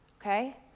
okay